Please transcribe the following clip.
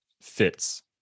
fits